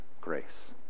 grace